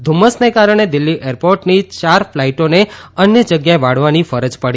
ધમ્મુસને દિલ્હી એરપોર્ટની ચાર ફ્લાઇટોને અન્ય જગ્યાએ વાળવાની ફરજ પડી